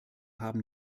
haben